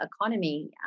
economy